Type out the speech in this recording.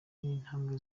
intambwe